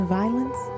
violence